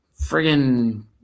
friggin